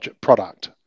product